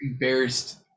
embarrassed